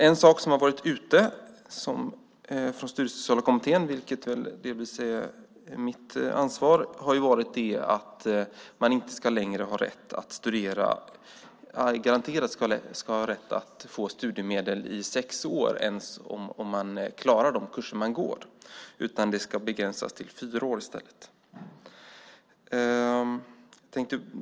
En sak som har kommit ut från Studiesociala kommittén, vilket väl delvis är mitt ansvar, är att man inte längre garanterat ska ha rätt att få studiemedel i sex år ens om man klarar de kurser man går, utan det ska begränsas till fyra år.